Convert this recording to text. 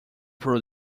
through